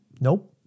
Nope